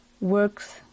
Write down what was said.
works